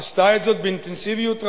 עשתה את זה באינטנסיביות רבה,